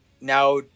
now